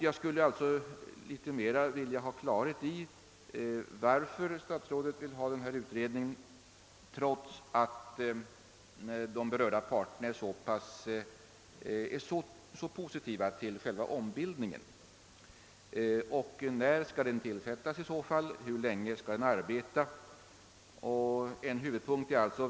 Jag skulle önska ett klargörande besked om. vad som skall utredas, när de berörda parterna ställer sig så positiva till själva ombildningen. När skall utredningen: i så fall tillsättas och hur länge skall den arbeta?